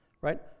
right